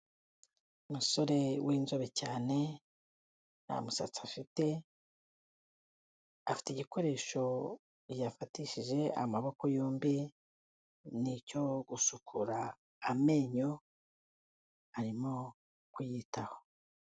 Umusore w'inzobe cyane, nta musatsi afite, afite igikoresho yafatishije amaboko yombi, ni icyo gusukura amenyo, arimo kuyitaho.